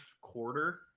quarter